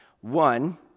One